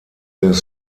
des